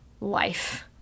life